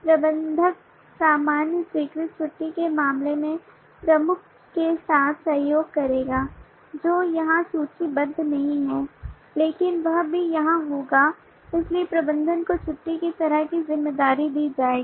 प्रबंधक सामान्य स्वीकृत छुट्टी के मामले में प्रमुख के साथ सहयोग करेगा जो यहां सूचीबद्ध नहीं है लेकिन वह भी यहां होगा इसलिए प्रबंधक को छुट्टी की तरह की जिम्मेदारी दी जाएगी